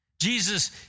Jesus